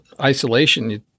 isolation –